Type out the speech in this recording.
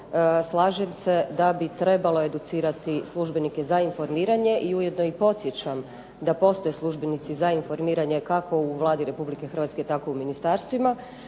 slažem se da bi trebalo educirati službenike za informiranje i ujedno i podsjećam da postoje službenici za informiranje kako u Vladi Republike Hrvatske tako i u ministarstvima.